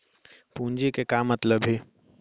पूंजी के का मतलब हे?